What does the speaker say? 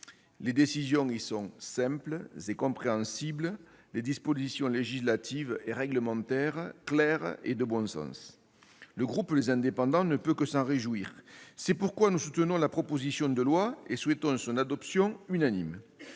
Les décisions prises sont simples et compréhensibles, les dispositions législatives et réglementaires claires et de bon sens. Le groupe Les Indépendants-République et Territoires ne peut que s'en réjouir. C'est pourquoi nous soutenons la proposition de loi et souhaitons son adoption unanime.